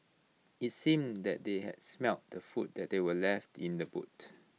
IT seemed that they had smelt the food that were left in the boot